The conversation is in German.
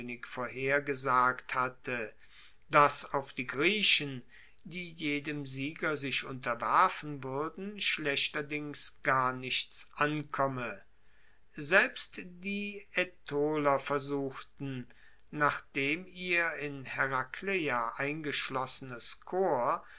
vorhergesagt hatte dass auf die griechen die jedem sieger sich unterwerfen wuerden schlechterdings gar nichts ankomme selbst die aetoler versuchten nachdem ihr in herakleia eingeschlossenes